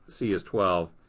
c is twelve.